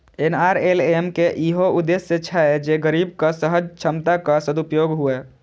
NRLM के इहो उद्देश्य छै जे गरीबक सहज क्षमताक सदुपयोग हुअय